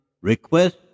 request